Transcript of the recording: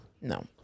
no